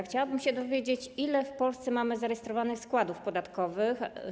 Chciałabym się dowiedzieć, ile w Polsce mamy zarejestrowanych składów podatkowych.